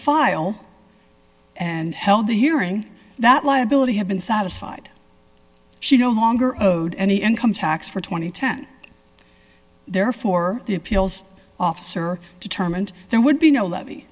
file and held the hearing that liability had been satisfied she no longer owed any income tax for two thousand and ten therefore the appeals officer determined there would be no levy